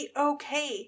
okay